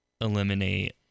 eliminate